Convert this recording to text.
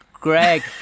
Greg